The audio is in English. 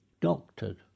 doctored